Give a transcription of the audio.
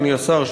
אדוני השר,